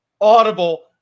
audible